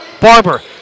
Barber